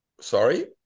Sorry